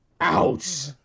Ouch